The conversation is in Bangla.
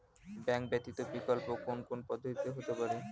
ব্যাংক ব্যতীত বিকল্প কোন কোন পদ্ধতিতে হতে পারে?